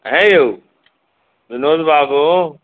ऐं यौ विनोद बाबु